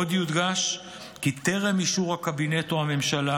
עוד יודגש כי בטרם אישור הקבינט או הממשלה